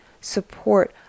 support